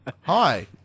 Hi